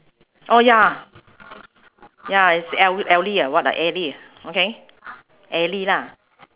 oh ya ya it's el~ ellie what ah ellie okay ellie lah